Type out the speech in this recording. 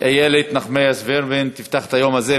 איילת נחמיאס ורבין תפתח את היום הזה.